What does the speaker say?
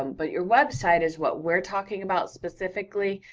um but your website is what we're talking about specifically,